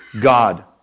God